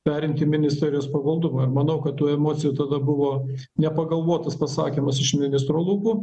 perimti į ministerijos pavaldumą ir manau kad tų emocijų tada buvo nepagalvotas pasakymas iš ministro lubų